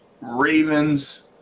Ravens